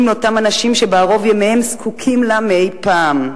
לאותם אנשים שבערוב ימיהם זקוקים להם יותר מאי-פעם.